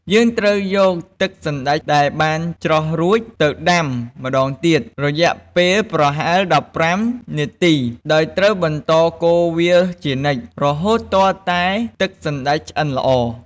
យើងត្រូវយកទឹកសណ្ដែកដែលបានច្រោះរួច ទៅដាំម្តងទៀត រយៈពេលប្រហែល ១៥ នាទី ដោយត្រូវបន្តកូរវាជានិច្ច រហូតទាល់តែទឹកសណ្ដែកឆ្អិនល្អ។